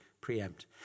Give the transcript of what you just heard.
preempt